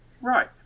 Right